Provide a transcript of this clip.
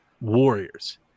warriors